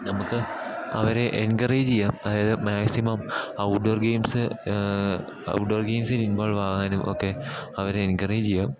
നമുക്ക് അവരെ എൻകറേജ് ചെയ്യാം അതായത് മാക്സിമം ഔട്ട്ഡോർ ഗെയിംസ് ഔട്ട്ഡോർ ഗെയിംസിൽ ഇൻവോൾവ് ആകാനും ഒക്കെ അവരെ എൻകറേജ് ചെയ്യാം